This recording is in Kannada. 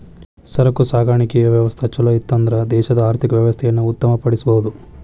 ಸರಕು ಸಾಗಾಣಿಕೆಯ ವ್ಯವಸ್ಥಾ ಛಲೋಇತ್ತನ್ದ್ರ ದೇಶದ ಆರ್ಥಿಕ ವ್ಯವಸ್ಥೆಯನ್ನ ಉತ್ತಮ ಪಡಿಸಬಹುದು